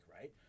right